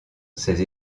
ses